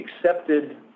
accepted